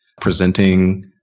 presenting